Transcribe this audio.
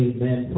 Amen